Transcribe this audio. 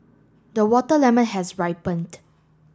the water lemon has ripened